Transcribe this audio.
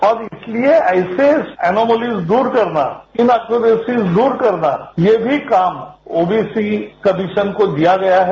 अब इसलिएऐसे एनामली दूर करनाइन एक्युरेसी दूर करना यह भी काम ओबीसी कमीशन को दियागया है